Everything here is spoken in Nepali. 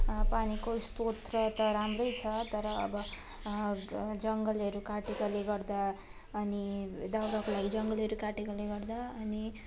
पानीको स्रोत त राम्रै छ तर अब जङ्गलहरू काटेकोले गर्दा अनि दाउराको लागि जङ्गलहरू काटेकोले गर्दा अनि